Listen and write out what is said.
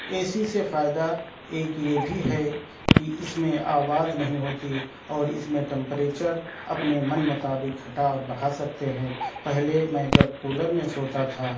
اے C سے فائدہ ایک یہ بھی ہے کہ اس میں آواز نہیں ہوتی اور اس میں ٹمپریچر اپنے من مطابق گھٹا اور بڑھا سکتے ہیں پہلے میں جب کولر میں سوتا تھا